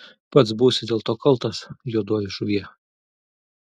pats būsi dėl to kaltas juodoji žuvie